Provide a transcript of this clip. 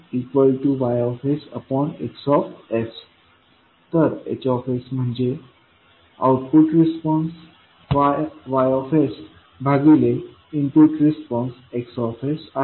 HsY X तर H म्हणजे output response Y भागिले इनपुट एक्साइटेशन X आहे